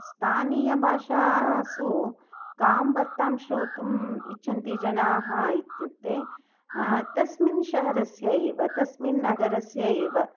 स्तानीयभाषासु कां वार्तां श्रोतुम् इच्छन्ति जनाः इत्युक्ते तस्मिन् शहरस्य एव तस्मिन् नगरस्य एव